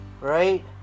right